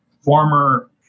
former